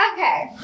Okay